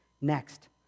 next